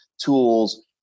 tools